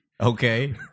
okay